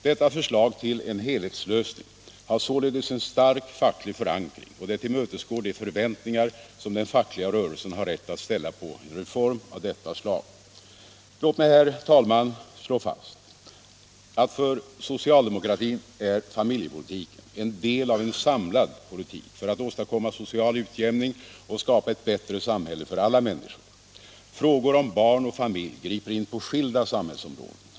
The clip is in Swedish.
Detta förslag till en helhetslösning har således en stark facklig förankring, och det tillmötesgår de förväntningar som den fackliga rörelsen har rätt att ställa på en reform av detta slag. Allmänpolitisk debatt Allmänpolitisk debatt Låt mig, herr talman, slå fast att för socialdemokratin är familjepolitiken en del av en samlad politik för att åstadkomma social utjämning och skapa ett bättre samhälle för alla människor. Frågor om barn och familj griper in på skilda samhällsområden.